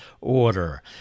order